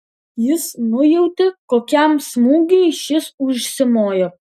jis nujautė kokiam smūgiui šis užsimojo